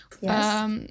Yes